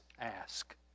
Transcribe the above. ask